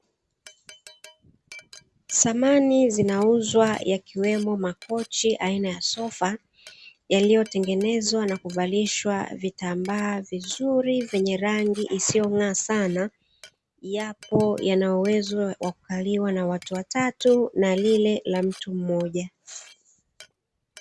Samani zinauzwa yakiwemo makochi aina ya sofa yaliyotengenezwa na kuvalishwa vitambaa vizuri vyenye rangi isiyong'aa sana, yapo yana uwezo wa kukaliwa na watu watatu na lile la mtu mmoja.